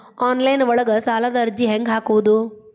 Online ಒಳಗ ಸಾಲದ ಅರ್ಜಿ ಹೆಂಗ್ ಹಾಕುವುದು?